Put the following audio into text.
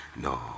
no